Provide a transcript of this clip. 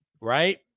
right